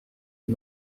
les